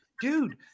dude